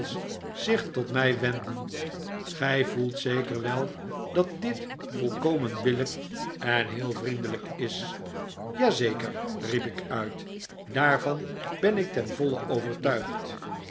zich tot mij wendend gij voelt zeker wel dat dit volkomen billijk en heel vriendelijk is ja zeker riep ik uit daarvan ben ik ten voile overtuigd